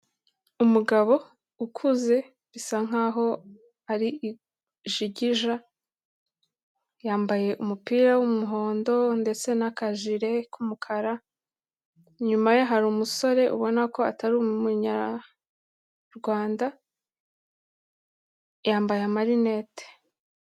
Umugabo ukuze bisa nkaho ari ijigija, yambaye umupira w'umuhondo ndetse n'akajire k'umukara, inyuma ye hari umusore ubona ko atari umunyarwanda, yambaye amarinete.